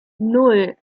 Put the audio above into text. nan